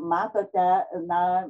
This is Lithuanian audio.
matote na